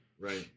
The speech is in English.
right